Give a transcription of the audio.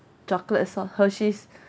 chocolate assort~ Hersheys